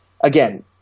Again